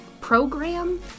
program